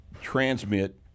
transmit